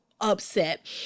upset